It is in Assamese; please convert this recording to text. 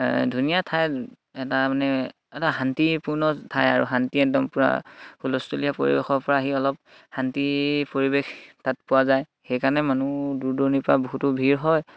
ধুনীয়া ঠাই এটা মানে এটা শান্তিপূৰ্ণ ঠাই আৰু শান্তি একদম পূৰা হুলস্থুলীয়া পৰিৱেশৰ পৰা আহি অলপ শান্তিৰ পৰিৱেশ তাত পোৱা যায় সেইকাৰণে মানুহ দূৰ দূৰণিৰ পৰা বহুতো ভিৰ হয়